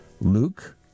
Luke